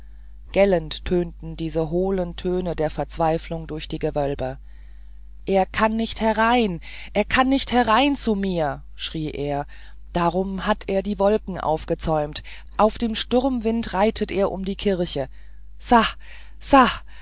gellend tönten diese hohlen töne der verzweiflung durch die gewölbe er kann nicht herein er kann nicht herein zu mir schrie er darum hat er die wolken aufgezäumt auf dem sturmwind reitet er um die kirche